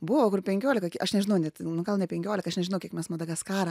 buvo penkiolika aš nežinau net gal ne penkiolika aš nežinau kiek mes madagaskarą